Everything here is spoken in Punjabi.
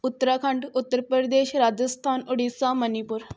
ਉੱਤਰਾਖੰਡ ਉੱਤਰ ਪ੍ਰਦੇਸ਼ ਰਾਜਸਥਾਨ ਉੜੀਸਾ ਮਨੀਪੁਰ